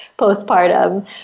postpartum